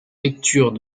lectures